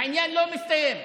העניין לא מסתיים.